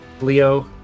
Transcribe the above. Leo